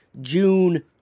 June